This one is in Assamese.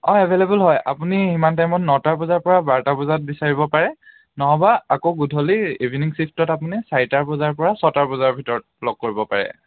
অঁ এভেইলেবল হয় আপুনি সিমান টাইমত নটা বজাৰ পৰা বাৰটা বজাত বিচাৰিব পাৰে নহ'বা আকৌ গধূলি ইভিনিং ছিফ্টত আপুনি চাৰিটা বজাৰ পৰা ছটা বজাৰ ভিতৰত লগ কৰিব পাৰে